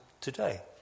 today